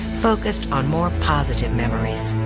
focused on more positive memories.